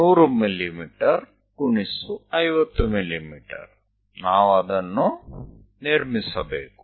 સૌપ્રથમ આ 100 mm 50 mm છે આપણે તે રચવું પડશે